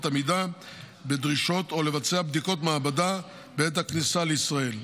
עמידה בדרישות או לבצע בדיקות מעבדה בעת הכניסה לישראל.